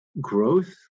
growth